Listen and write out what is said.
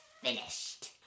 finished